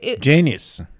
Genius